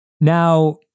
Now